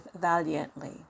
valiantly